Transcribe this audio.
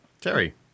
Terry